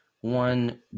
one